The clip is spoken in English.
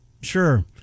Sure